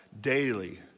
Daily